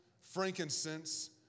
frankincense